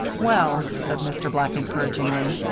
well, said mr. black, encouragingly,